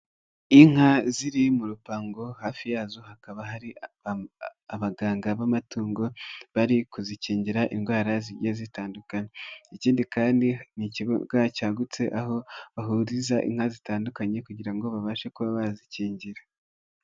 Inka ziri mu rupango, hafi yazo hakaba hari abaganga b'amatungo, bari kuzikingira indwara zigiye zitandukana, ikindi kandi n'ikibuga cyagutse, aho bahuriza inka zitandukanye kugira ngo babashe kuba bazikingira.